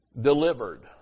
delivered